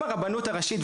אם הרבנות הראשית,